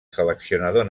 seleccionador